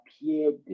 appeared